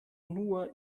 nur